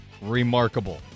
remarkable